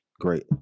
Great